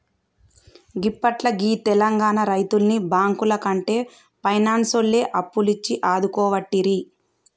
గిప్పట్ల గీ తెలంగాణ రైతుల్ని బాంకులకంటే పైనాన్సోల్లే అప్పులిచ్చి ఆదుకోవట్టిరి